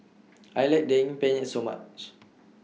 I like Daging Penyet very much